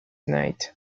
night